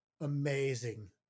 amazing